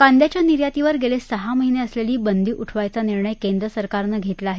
कांद्याच्या निर्यातीवर गेले सहा महिने असलेली बंदी उठवायचा निर्णय केंद्रसरकारनं घेतला आहे